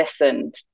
listened